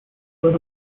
led